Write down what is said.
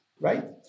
right